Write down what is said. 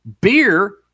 Beer